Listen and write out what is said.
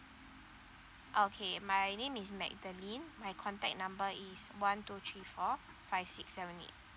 okay my name is madeline my contact number is one two three four five six seven eight